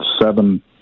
seven